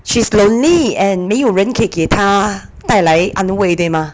she's lonely and 没有人可以给她带来安慰对吗